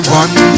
one